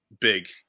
big